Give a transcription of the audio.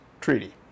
Treaty